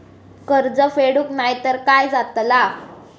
कर्ज फेडूक नाय तर काय जाताला?